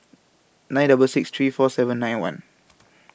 nine Both six three four seven nine one